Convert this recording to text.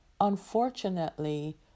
Unfortunately